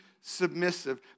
submissive